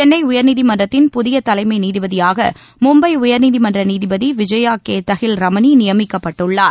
சென்னை உயர்நீதிமன்றத்தின் புதிய தலைமை நீதிபதியாக மும்பை உயர்நீதிமன்ற நீதிபதி விஜயா கே தஹில் ரமணி நியமிக்கப்பட்டுள்ளார்